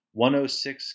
106